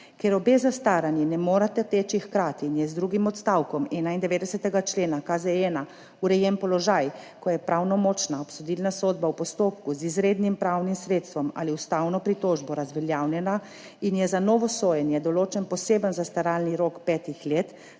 Ker obe zastaranji ne morete teči hkrati in je z drugim odstavkom 91. člena KZ-1 urejen položaj, ko je pravnomočna obsodilna sodba v postopku z izrednim pravnim sredstvom ali ustavno pritožbo razveljavljena in je za novo sojenje določen poseben zastaralni rok petih let,